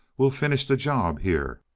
we'll finish the job here.